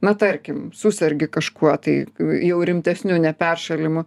na tarkim susergi kažkuo tai jau rimtesniu ne peršalimu